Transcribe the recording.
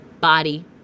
body